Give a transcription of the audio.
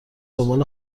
دنبال